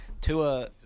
Tua